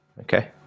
Okay